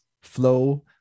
flow